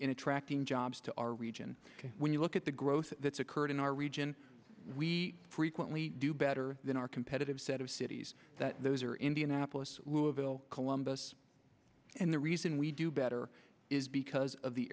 attracting jobs to our region when you look at the growth that's occurred in our region we frequently do better than our competitive set of cities those are indianapolis louisville columbus and the reason we do better is because of the